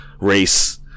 race